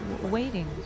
Waiting